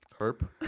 Herp